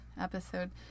episode